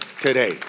today